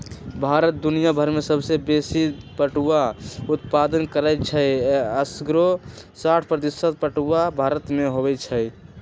भारत दुनियाभर में सबसे बेशी पटुआ उत्पादन करै छइ असग्रे साठ प्रतिशत पटूआ भारत में होइ छइ